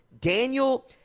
Daniel